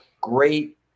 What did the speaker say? great